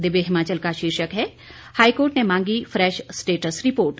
दिव्य हिमाचल का शीर्षक है हाईकोर्ट ने मांगी फ्रेश स्टेटस रिपोर्ट